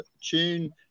Tune